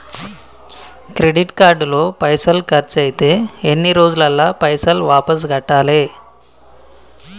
Credit card లో పైసల్ ఖర్చయితే ఎన్ని రోజులల్ల పైసల్ వాపస్ కట్టాలే?